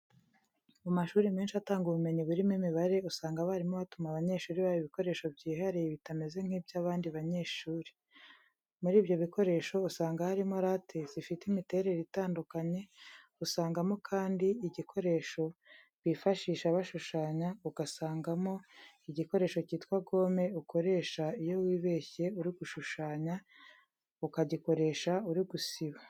Mu mashuri menshi atanga ubumenyi burimo imibare, usanga abarimu batuma abanyeshuri babo ibikoresho byihariye bitameze nk'iby'abandi banyeshuri. Muri ibyo bikoresho usanga harimo late zifite imiterere itandukanye, usangamo kandi igikoresho bifashisha bashushanya, ugasangamo igikoresho cyitwa gome ukoresha iyo wibeshye uri gushushanya, ukagikoresha uri gusiba.